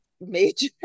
major